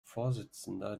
vorsitzender